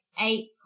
eight